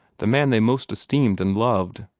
the man they most esteemed and loved.